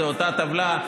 זאת אותה טבלה.